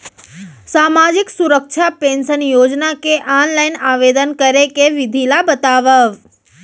सामाजिक सुरक्षा पेंशन योजना के ऑनलाइन आवेदन करे के विधि ला बतावव